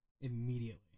immediately